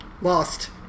Lost